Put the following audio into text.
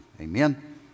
Amen